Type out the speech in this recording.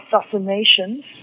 assassinations